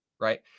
right